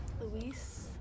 Luis